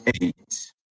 eight